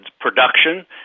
production